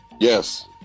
Yes